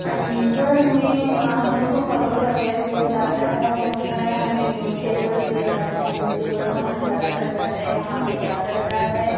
علی گڑھ میں ہم لوگوں کو خبروں سے اویئر کیا جاتا ہے وہ ہے ہمیں نیوز پیپر دیے جاتے ہیں نیوز پیپر سے ہمیں پتہ چل جاتا ہے کہاں پہ کیا چل رہا ہے